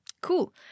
Cool